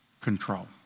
control